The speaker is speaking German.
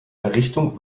errichtung